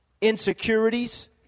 insecurities